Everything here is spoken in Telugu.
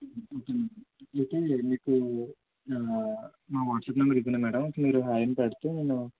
ఇది మీకు నా వాట్సాప్ నెంబర్ ఇదే మేడం మీరు హాయ్ అని పెడితే నేను